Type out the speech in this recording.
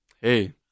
hey